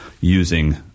using